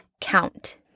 count